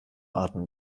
atmen